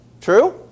True